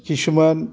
खिसुमान